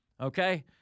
okay